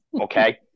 Okay